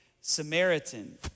Samaritan